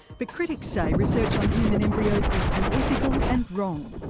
but critics say research on human embryos is unethical and wrong.